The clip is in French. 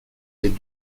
les